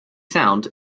sound